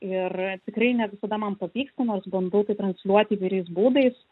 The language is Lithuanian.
ir tikrai ne visada man pavyksta nors bandau tai transliuoti įvairiais būdais